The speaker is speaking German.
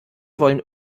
wollen